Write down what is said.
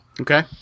Okay